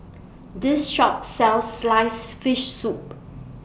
This Shop sells Sliced Fish Soup